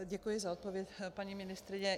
Děkuji za odpověď, paní ministryně.